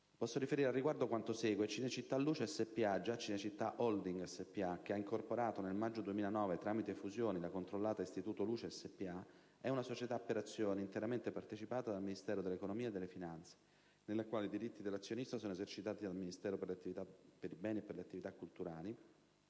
Posso riferire al riguardo quanto segue. Cinecittà Luce SpA (già Cinecittà Holding SpA), che ha incorporato nel maggio 2009, tramite fusione, la controllata Istituto Luce SpA, è una società per azioni interamente partecipata dal Ministero dell'economia e delle finanze, nella quale i diritti dell'azionista sono esercitati dal Ministero per i beni e le attività culturali,